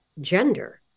gender